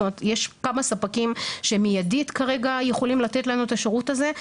זאת אומרת יש כמה ספקים שמיידית כרגע יכולים לתת לנו את השירות הזה,